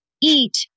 eat